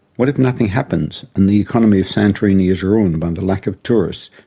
what if nothing happens, and the economy of santorini is ruined by the lack of tourists